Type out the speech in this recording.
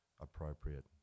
appropriate